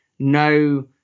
no